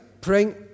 Praying